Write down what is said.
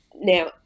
Now